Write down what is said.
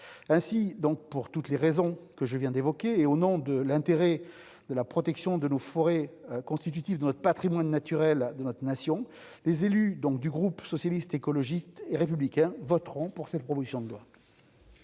donc pour toutes les raisons que je viens d'évoquer et au nom de l'intérêt de la protection de nos forêts constitutif de notre Patrimoine naturel de notre nation, les élus donc du groupe socialiste, écologiste et républicain voteront pour cette proposition de loi.